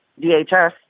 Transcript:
DHS